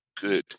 good